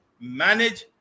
manage